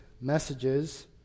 messages